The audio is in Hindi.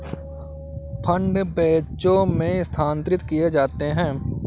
फंड बैचों में स्थानांतरित किए जाते हैं